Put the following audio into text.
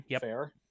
fair